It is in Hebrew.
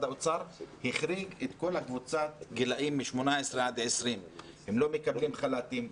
האוצר הוא החריג את כל הקבוצה של גילאי 18 עד 20. הם לא מקבלים חל"תים,